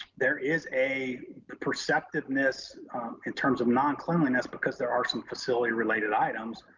there is a perceptiveness in terms of non-cleanliness, because there are some facility related items,